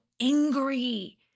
angry